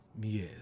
Yes